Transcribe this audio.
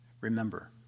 Remember